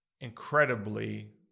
incredibly